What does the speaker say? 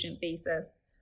basis